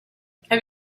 have